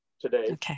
today